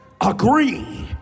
agree